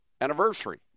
anniversary